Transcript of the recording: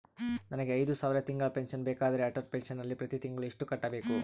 ನನಗೆ ಐದು ಸಾವಿರ ತಿಂಗಳ ಪೆನ್ಶನ್ ಬೇಕಾದರೆ ಅಟಲ್ ಪೆನ್ಶನ್ ನಲ್ಲಿ ಪ್ರತಿ ತಿಂಗಳು ಎಷ್ಟು ಕಟ್ಟಬೇಕು?